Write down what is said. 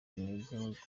intege